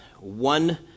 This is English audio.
one